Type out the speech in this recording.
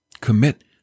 Commit